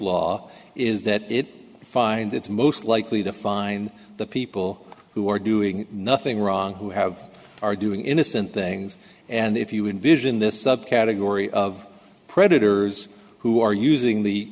law is that it find it's most likely to find the people who are doing nothing wrong who have are doing innocent things and if you envision this subcategory of predators who are using the